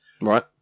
Right